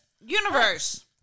universe